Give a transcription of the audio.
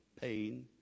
pain